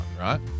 right